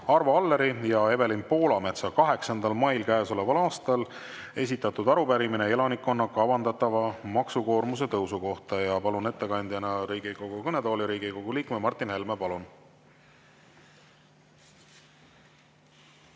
Arvo Alleri ja Evelin Poolametsa 8. mail käesoleval aastal esitatud arupärimine elanikkonna kavandatava maksukoormuse tõusu kohta. Palun ettekandjana Riigikogu kõnetooli Riigikogu liikme Martin Helme. Palun!